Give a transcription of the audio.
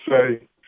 say